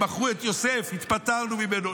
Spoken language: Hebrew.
הם מכרו את יוסף, נפטרנו ממנו.